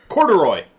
Corduroy